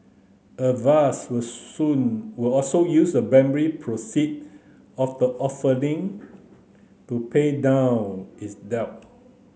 avast will soon will also use the primary proceed of the offering to pay down its debt